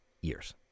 years